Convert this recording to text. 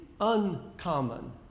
uncommon